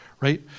right